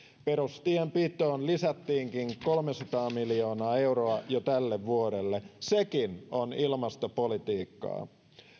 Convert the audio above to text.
perustienpitoon lisättiinkin kolmesataa miljoonaa euroa jo tälle vuodelle sekin on ilmastopolitiikkaa